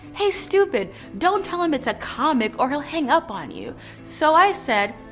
hey stupid, don't tell him it's a comic or he'll hang up on you so i said,